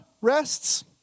rests